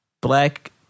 black